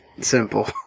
simple